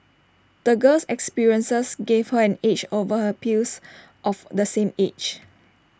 the girl's experiences gave her an edge over her peers of the same age